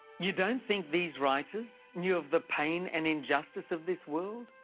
you don't think these writers knew of the pain and injustice of this world?